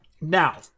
Now